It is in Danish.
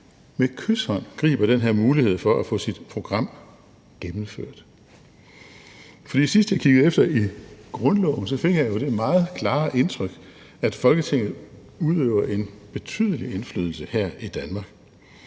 med kyshånd griber den her mulighed for at få sit program gennemført. For sidst jeg kiggede efter i grundloven, så fik jeg jo det meget klare indtryk, at Folketinget udøver en betydelig indflydelse her i Danmark,